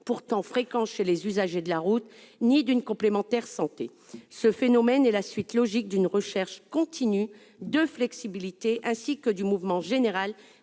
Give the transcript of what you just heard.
pourtant fréquents chez les usagers de la route, ni d'une complémentaire santé. Ce phénomène est la suite logique d'une recherche continue de flexibilité, ainsi que du mouvement général